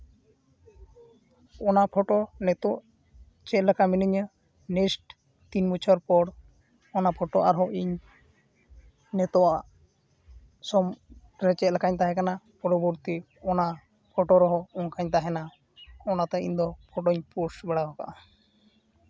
ᱚᱱᱟ ᱯᱷᱚᱴᱳ ᱱᱤᱛᱳᱜ ᱪᱮᱫ ᱞᱮᱠᱟ ᱢᱤᱱᱤᱧᱟ ᱱᱮᱠᱥᱴ ᱛᱤᱱ ᱵᱚᱪᱷᱚᱨ ᱯᱚᱨ ᱚᱱᱟ ᱯᱷᱚᱴᱳ ᱟᱨᱦᱚᱸ ᱤᱧ ᱱᱤᱛᱳᱜᱼᱟᱜ ᱥᱚᱢᱚᱭ ᱨᱮ ᱪᱮᱫ ᱞᱮᱠᱟ ᱛᱟᱦᱮᱠᱟᱱᱟ ᱯᱚᱨᱚᱵᱚᱨᱛᱤ ᱚᱱᱟ ᱯᱷᱚᱴᱳ ᱨᱮᱦᱚᱸ ᱚᱱᱠᱟᱧ ᱛᱟᱦᱮᱱᱟ ᱚᱱᱟᱛᱮ ᱤᱧ ᱫᱚ ᱯᱷᱚᱴᱳᱧ ᱯᱳᱥᱴ ᱵᱟᱲᱟᱣ ᱠᱟᱜᱼᱟ